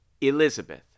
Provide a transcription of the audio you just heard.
Elizabeth